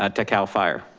ah to cal fire.